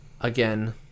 again